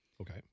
Okay